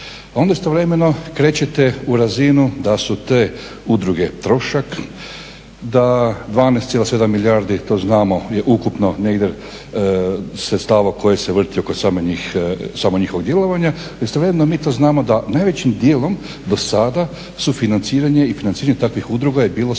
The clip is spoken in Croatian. Onda istovremeno krećete u razinu da su te udruge trošak, da 12,7 milijardi, to znamo, je ukupno negdje, se znalo koje se vrti oko samog njihovog djelovanja. Istovremeno, mi to znamo da najvećim dijelom do sada sufinanciranje i financiranje takvih udruga je bilo sa